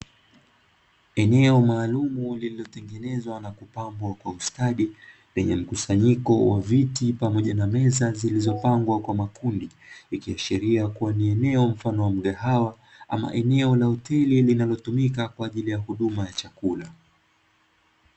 Eneo maalum lililotengenezwa na kupambwa kwa ustadi, lenye mkusanyiko wa viti pamoja na meza zilizopangwa kwa makundi, ikiashiria kuwa ni eneo mfano wa mgahawa ama eneo la hoteli linalotumika kwa ajili ya huduma ya chakula.